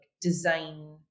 design